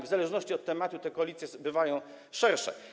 W zależności od tematu te koalicje bywają też szersze.